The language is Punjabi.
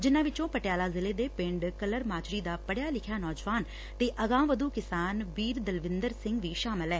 ਜਿਨੂਾਂ ਵਿਚੋਂ ਪਟਿਆਲਾ ਜ਼ਿਲ੍ਹੇ ਦੇ ਪਿੰਡ ਕੱਲਰ ਮਾਜਰੀ ਦਾ ਪੜਿਅ ਲਿਖਿਆ ਨੌਜਵਾਨ ਅਗਾਂਹਵਧੁ ਕਿਸਾਨ ਬੀਰ ਦਲਵਿੰਦਰ ਸਿੰਘ ਵੀ ਸ਼ਾਮਲ ਹੈ